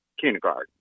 kindergarten